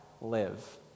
live